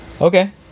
Okay